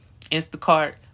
Instacart